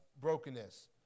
brokenness